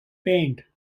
paint